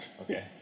Okay